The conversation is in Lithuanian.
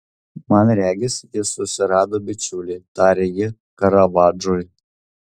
man regis jis susirado bičiulį tarė ji karavadžui